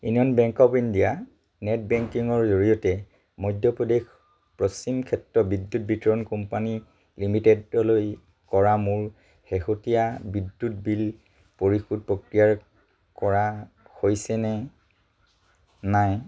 union bank of India net বেংকিঙৰ জৰিয়তে মধ্যপ্ৰদেশ পশ্চিম ক্ষেত্ৰ বিদ্যুৎ বিতৰণ কোম্পানী লিমিটেডলৈ কৰা মোৰ শেহতীয়া বিদ্যুৎ বিল পৰিশোধ প্ৰক্ৰিয়াৰ কৰা হৈছেনে নাই